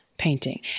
painting